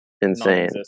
insane